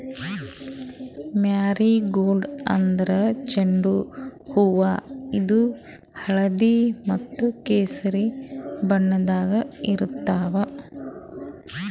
marigold ಅಂದ್ರ ಚೆಂಡು ಹೂವಾ ಇದು ಹಳ್ದಿ ಮತ್ತ್ ಕೆಸರಿ ಬಣ್ಣದಾಗ್ ಇರ್ತವ್